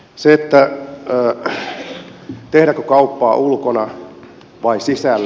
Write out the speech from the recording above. siitä tehdäänkö kauppaa ulkona vai sisällä